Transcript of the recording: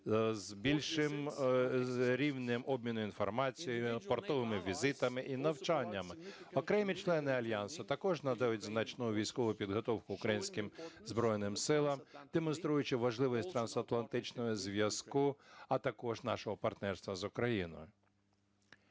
з більшим рівнем обміну інформацією, портовими візитами і навчаннями. Окремі члени Альянсу також надають значну військову підготовку українським Збройним Силам, демонструючи важливість трансатлантичного зв'язку, а також нашого партнерства з Україною.